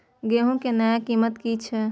गेहूं के नया कीमत की छे?